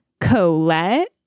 Colette